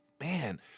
man